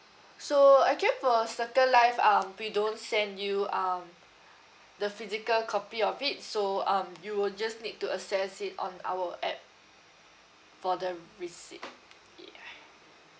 so actually for circlelife um we don't send you um the physical copy of it so um you will just need to access it on our app for the receipt ya